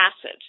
acid